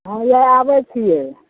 हँ इएह आबै छिए